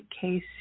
case